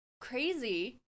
crazy